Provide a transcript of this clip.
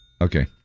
Okay